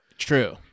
True